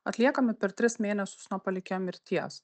atliekami per tris mėnesius nuo palikėjo mirties